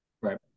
Right